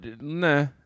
nah